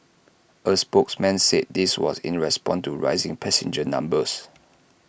A spokesman said this was in response to rising passenger numbers